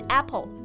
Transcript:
Apple